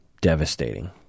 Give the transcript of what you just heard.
devastating